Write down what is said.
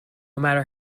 matter